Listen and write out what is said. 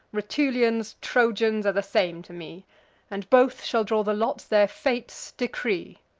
rutulians, trojans, are the same to me and both shall draw the lots their fates decree.